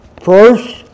First